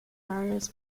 marius